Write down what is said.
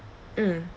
mm